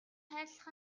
хайрлах